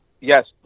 yes